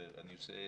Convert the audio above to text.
אני עושה